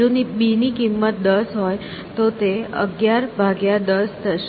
જો b ની કિંમત 10 હોય તો તે 1110 થશે